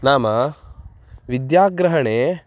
नाम विद्याग्रहणे